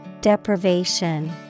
Deprivation